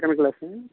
second class